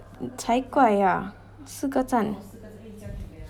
才怪 ah 四个站